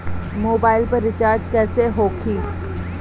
Mobile पर recharge कैसे होखी?